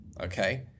Okay